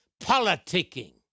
politicking